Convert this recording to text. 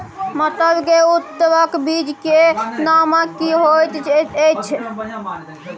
मटर के उन्नत बीज के नाम की होयत ऐछ?